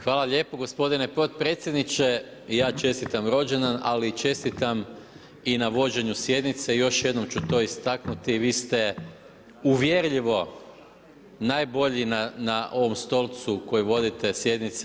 Hvala lijepo gospodine potpredsjedniče, ja čestitam rođendan ali i čestitam i na vođenju sjednice i još jednom ću to istaknuti i vi ste uvjerljivo najbolji na ovom stolcu koji vodite sjednice.